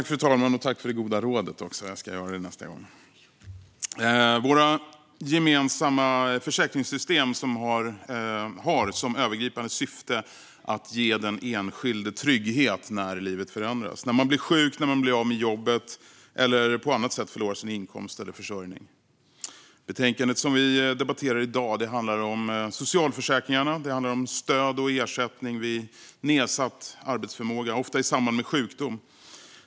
Fru talman! Våra gemensamma försäkringssystem har som övergripande syfte att ge den enskilde trygghet när livet förändras, när man blir sjuk, när man blir av med jobbet eller när man på annat sätt förlorar sin inkomst eller försörjning. Betänkandet som vi debatterar i dag handlar om socialförsäkringarna. Det handlar om stöd och ersättning vid nedsatt arbetsförmåga, ofta i samband med sjukdom.